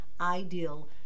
ideal